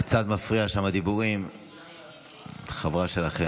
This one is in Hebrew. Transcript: קצת מפריעים שם הדיבורים לחברה שלכם.